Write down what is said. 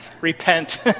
Repent